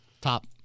Top